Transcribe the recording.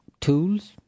tools